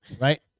right